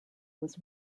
was